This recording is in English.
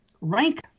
rank